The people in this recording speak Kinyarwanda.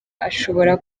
ashobora